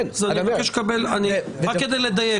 רק כדי לדייק,